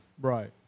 right